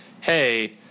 hey